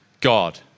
God